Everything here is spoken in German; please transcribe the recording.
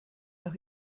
nach